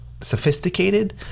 sophisticated